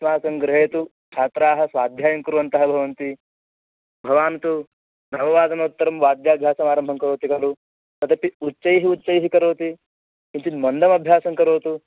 अस्माकं गृहे तु छात्राः स्वाध्यायं कुर्वन्तः भवन्ति भवान् तु नववादनोत्तरं वाद्याभ्यासम् आरम्भं करोति खलु तदपि उच्चैः उच्चैः करोति किञ्चित् मन्दम् अभ्यासं करोतु